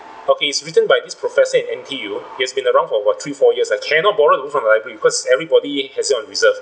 okay it's written by this professor in N_T_U he has been around for about three four years uh cannot borrow the book from the library because everybody has it on reserve